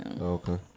Okay